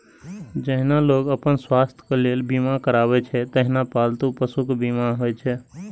जहिना लोग अपन स्वास्थ्यक लेल बीमा करबै छै, तहिना पालतू पशुक बीमा होइ छै